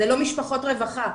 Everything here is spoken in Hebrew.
זה לא משפחות רווחה,